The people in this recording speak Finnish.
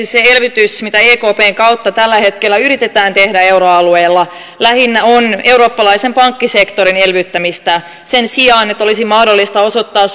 se elvytys mitä ekpn kautta tällä hetkellä yritetään tehdä euroalueella lähinnä on eurooppalaisen pankkisektorin elvyttämistä sen sijaan että olisi mahdollista osoittaa